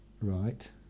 Right